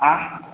आ